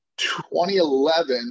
2011